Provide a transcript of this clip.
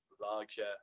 larger